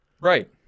Right